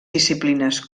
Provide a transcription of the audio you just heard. disciplines